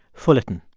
fullerton.